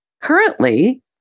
Currently